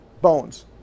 bones